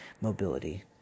mobility